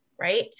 right